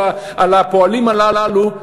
על הפועלים הללו,